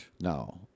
No